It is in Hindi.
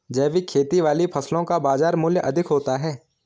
जैविक खेती वाली फसलों का बाजार मूल्य अधिक होता है